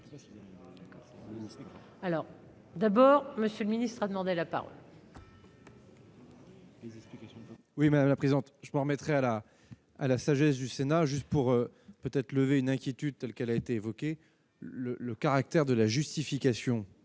alors. D'abord, monsieur le ministre a demandé la part. Les explications oui, madame la présidente, je me remettrai à la à la sagesse du Sénat juste pour peut-être lever une inquiétude, telle qu'elle a été évoquée : le caractère de la justification,